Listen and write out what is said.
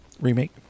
remake